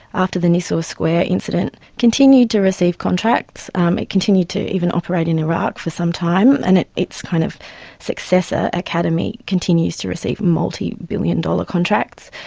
after the nisour square incident, continued to receive contracts, um it continued to even operate in iraq for some time, and its kind of successor academi continues to receive multi-billion dollar contracts.